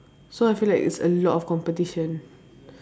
so I feel like it's a lot of competition